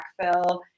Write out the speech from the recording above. backfill